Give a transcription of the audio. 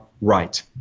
right